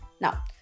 now